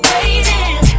Waiting